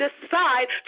decide